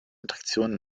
attraktionen